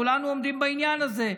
כולנו עומדים בעניין הזה,